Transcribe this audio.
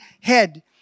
head